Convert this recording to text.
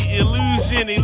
illusion